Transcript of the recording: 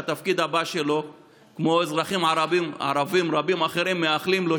כמו שאזרחים ערבים אחרים מאחלים לו,